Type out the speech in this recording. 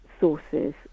sources